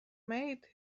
made